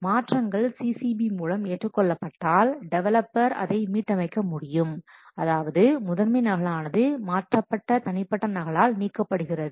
மாற்றங்கள் CCB மூலம் ஏற்றுக் கொள்ளப்பட்டால் டெவலப்பர் அதை மீட்டமைக்க முடியும் அதாவது முதன்மை நகல் ஆனது மாற்றப்பட்ட தனிப்பட்ட நகலால் நீக்கப்படுகிறது